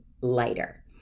lighter